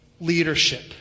leadership